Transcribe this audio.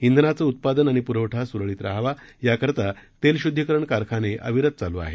श्विनाचं उत्पादन आणि पुरवठा सुरळीत रहावा याकरता तेलशुद्धीकरण कारखाने अविरत चालू आहेत